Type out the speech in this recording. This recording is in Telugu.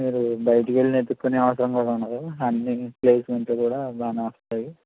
మీరు బయటకి వెళ్లి వెతుక్కునే అవసరం కూడా ఉండదు అన్నీప్లేస్మెంట్లు కూడా బాగానే వస్తాయి